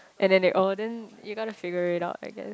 and then they all then you got to figure it up I guess